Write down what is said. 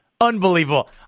Unbelievable